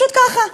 פשוט ככה.